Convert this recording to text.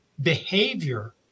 behavior